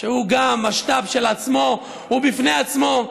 שהוא גם משת"פ של עצמו, הוא בפני עצמו.